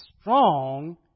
Strong